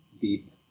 deep